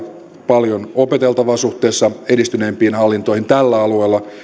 paljon opeteltavaa suhteessa edistyneimpiin hallintoihin tällä alueella